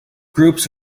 groups